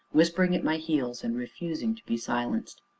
whispering at my heels, and refusing to be silenced.